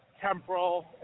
Temporal